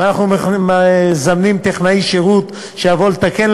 אנחנו מזמנים טכנאי שירות שיבוא לתקן,